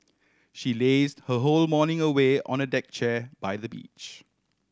she lazed her whole morning away on a deck chair by the beach